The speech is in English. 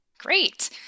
Great